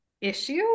issue